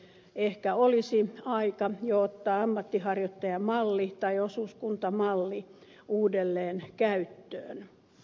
ehkä olisi aika jo ottaa ammatinharjoittajamalli tai osuuskuntamalli uudelleen käyttöön